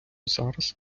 зараз